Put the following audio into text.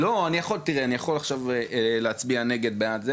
תראי אני יכול עכשיו להצביע נגד, בעד.